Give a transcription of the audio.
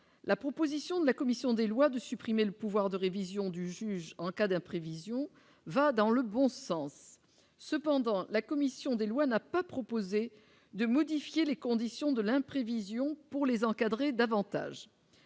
la proposition de la commission des lois de supprimer le pouvoir de révision du juge en cas de prévisions va dans le bon sens, cependant, la commission des lois n'a pas proposé de modifier les conditions de l'imprévision pour les encadrer davantage,